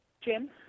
Jim